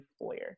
employer